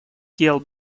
дел